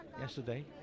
Yesterday